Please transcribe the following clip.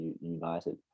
United